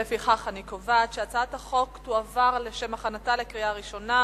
לפיכך אני קובעת שהצעת החוק תועבר לשם הכנתה לקריאה ראשונה